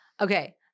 Okay